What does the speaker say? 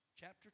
Chapter